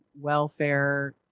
welfare